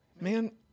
Man